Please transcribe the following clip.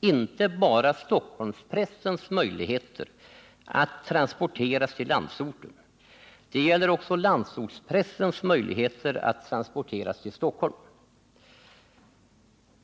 inte bara Stockholmspressens möjligheter att transportera sina tidningar till landsorten, det gäller också landsortspressens möjligheter att transportera sina tidningar till Stockholm.